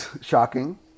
shocking